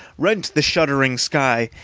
rent the shuddering sky,